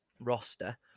roster